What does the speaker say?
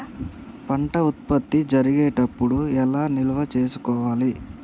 పంట ఉత్పత్తి జరిగేటప్పుడు ఎలా నిల్వ చేసుకోవాలి?